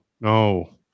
no